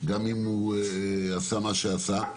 גם אם הוא עשה מה שעשה.